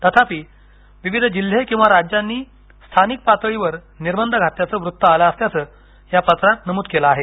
तथापि विविध जिल्हे किंवा राज्यांनी स्थानिक पातळीवर निर्बंध घातल्याचे वृत्त आले असल्याचं पत्रात नमूद केलं आहे